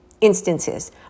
instances